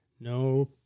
No